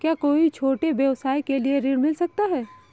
क्या कोई छोटे व्यवसाय के लिए ऋण मिल सकता है?